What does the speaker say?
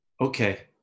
Okay